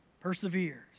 perseveres